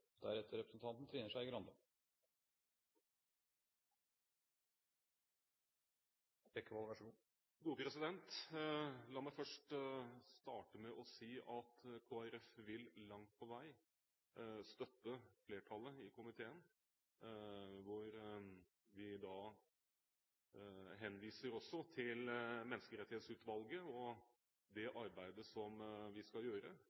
La meg starte med å si at Kristelig Folkeparti langt på vei vil støtte flertallet i komiteen, idet vi henviser til Menneskerettighetsutvalget og det arbeidet vi skal